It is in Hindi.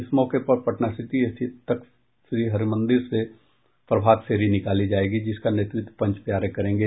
इस मौके पर पटनासिटी स्थित तख्तश्री हरमंदिर से प्रभात फेरी निकाली जायेगी जिसका नेतृत्व पंच प्यारे करेंगे